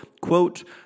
quote